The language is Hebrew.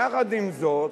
יחד עם זאת,